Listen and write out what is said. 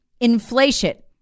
Inflation